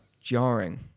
jarring